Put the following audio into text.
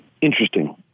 Interesting